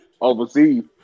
overseas